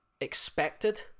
expected